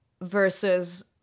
versus